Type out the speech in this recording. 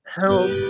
help